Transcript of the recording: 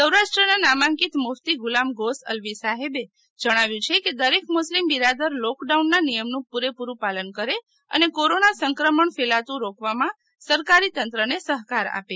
સૌરાષ્ટ્રનાં નામાંકિત મુફ્તી ગુલામ ગોસ્ અલ્વી સાહેબ એ જણાવ્યું છે કે દરેક મુસ્લિમ બિરાદર લોકડાઉન ના નીયમ નું પૂરેપૂરું પાલન કરે અને કોરોના સંક્રમણ ફેલાતું રોકવામાં સરકારી તંત્ર ને સહકાર આપે